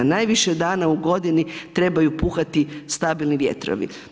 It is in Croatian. Najviše dana u godini trebaju puhati stabilni vjetrovi.